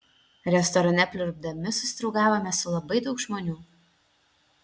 restorane pliurpdami susidraugavome su labai daug žmonių